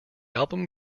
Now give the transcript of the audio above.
album